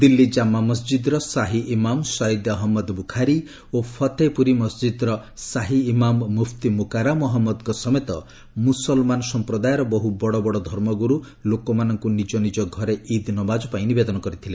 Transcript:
ଦିଲ୍ଲୀ ଜାମା ମସ୍ଜିଦ୍ର ଶାହିଇମାମ୍ ସୟେଦ ଅହମ୍ମଦ ବୁଖାରୀ ଓ ଫତେହ ପୁରୀ ମସ୍ଜିଦ୍ର ଶାହିଇମାମ ମୁଫତି ମୁକାରାମ୍ ଅହଞ୍ଚମଦଙ୍କ ସମେତ ମୁସଲମାନ ସମ୍ପ୍ରଦାୟର ବହୁ ବଡ ବଡ ଧର୍ମଗୁରୁ ଲୋକମାନଙ୍କୁ ନିଜ ନିଜ ଘରେ ଇଦ୍ ନମାଜ ପାଇଁ ନିବେଦନ କରିଥିଲେ